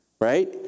right